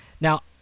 Now